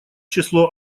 число